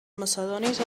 macedonis